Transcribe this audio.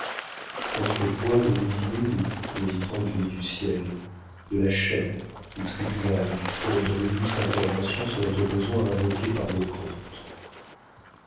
contre quoi vous mutinez vous me dit-on du haut du ciel de la chaire du tribunal et du trône dont l'auguste intervention serait au besoin invoquée par le comte